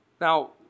Now